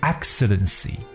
Excellency